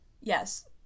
Yes